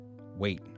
wait